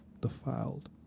defiled